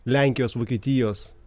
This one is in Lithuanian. lenkijos vokietijos